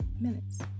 minutes